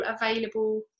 available